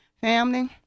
Family